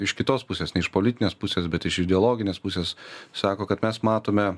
iš kitos pusės ne iš politinės pusės bet iš ideologinės pusės sako kad mes matome